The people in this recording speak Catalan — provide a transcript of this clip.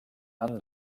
amb